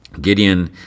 Gideon